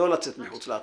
לא לצאת מחוץ לאטמוספירה.